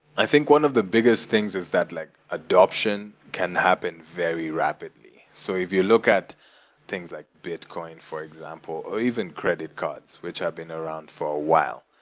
i think one of the biggest things is that like adoption can happen very rapidly. so if you look at things like bitcoin, for example, or even credit cards, which have been around for a while.